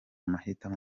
mahitamo